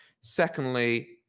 Secondly